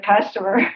customer